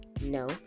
no